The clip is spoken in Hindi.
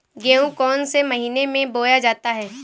गेहूँ कौन से महीने में बोया जाता है?